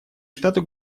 штаты